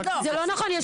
זה לא נכון,